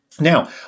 Now